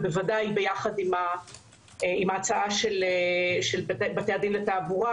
ובוודאי ביחד עם ההצעה של בתי הדין לתעבורה.